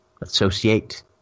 associate